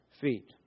feet